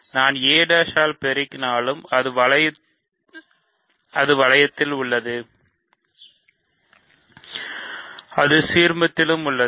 நான் a' ஆல் பெருக்கினாலும் அது வளையத்திலும் உள்ளது அது சீர்மத்திலும் உள்ளது